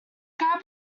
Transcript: grab